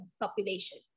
population